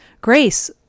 grace